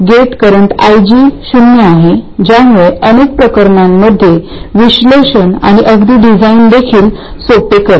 gate current IG शून्य आहे ज्यामुळे अनेक प्रकरणांमध्ये विश्लेषण आणि अगदी डिझाइनदेखील सोपे करते